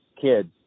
kids